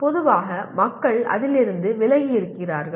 பொதுவாக மக்கள் அதிலிருந்து விலகி இருக்கிறார்கள்